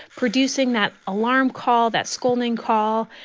producing that alarm call that scolding call.